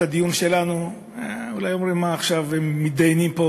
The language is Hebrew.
הדיון שלנו ואומרים: מה עכשיו הם מתדיינים פה